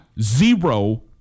Zero